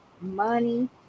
money